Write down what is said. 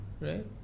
right